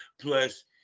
Plus